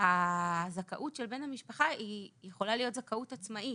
הזכאות של בן המשפחה יכולה להיות זכאות עצמאית,